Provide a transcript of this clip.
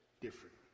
different